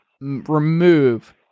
remove